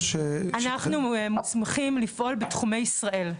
אנחנו מוסמכים לפעול בתוך שטח ישראל.